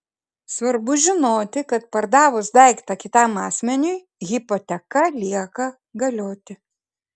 svarbu žinoti kad pardavus daiktą kitam asmeniui hipoteka lieka galioti